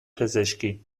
پزشکی